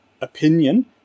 opinion